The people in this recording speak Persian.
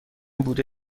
بوده